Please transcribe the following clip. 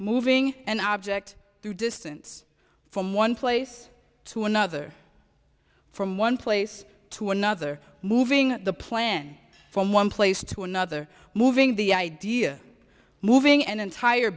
moving an object through distance from one place to another from one place to another moving the plan from one place to another moving the idea of moving an entire